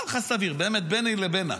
באמת, ביני לבינך,